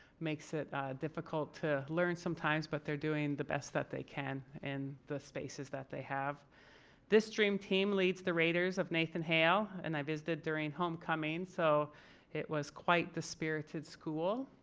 makes it difficult to learn sometimes but they're doing the best that they can and the spaces that they have this dream team leads the raiders of nathan hale and i visit during homecoming. so it was quite the spirited school.